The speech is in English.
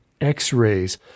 x-rays